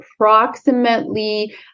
approximately